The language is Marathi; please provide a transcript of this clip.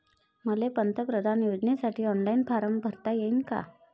मले पंतप्रधान योजनेसाठी ऑनलाईन फारम भरता येईन का?